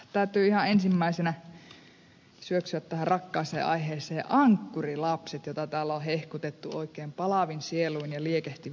täytyy ihan ensimmäisenä syöksyä tähän rakkaaseen aiheeseen ankkurilapset jota täällä on hehkutettu oikein palavin sieluin ja liekehtivin sydämin